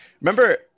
Remember